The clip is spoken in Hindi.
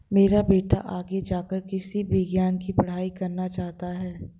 मेरा बेटा आगे जाकर कृषि विज्ञान की पढ़ाई करना चाहता हैं